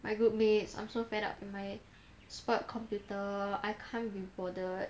my group mates I'm so fed up with my spoilt computer I can't be bothered